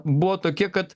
buvo tokie kad